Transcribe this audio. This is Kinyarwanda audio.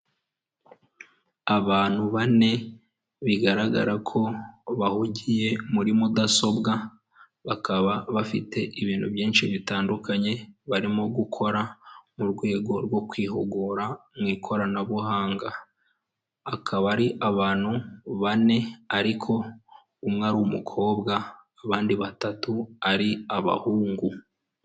Abantu bane bigaragara ko bahugiye muri mudasobwa, bakaba bafite ibintu byinshi bitandukanye barimo gukora mu rwego rwo kwihugura mu ikoranabuhanga, akaba ari abantu bane ariko umwe ari umukobwa abandi batatu ari abahungu.